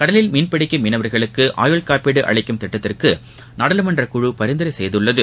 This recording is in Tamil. கடலில் மீன்பிடிக்கும் மீனவர்களுக்கு ஆயுள் காப்பீடு அளிக்கும் திட்டத்திற்கு நாடாளுமன்றக்குழு பரிந்துரை செய்துள்ளது